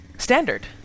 standard